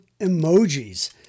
emojis